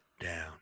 down